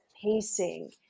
pacing